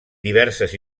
diverses